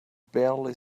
barely